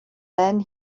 then